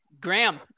Graham